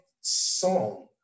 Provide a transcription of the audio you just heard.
song